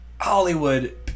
Hollywood